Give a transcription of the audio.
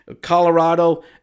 Colorado